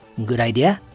good idea.